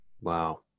Wow